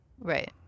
Right